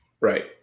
Right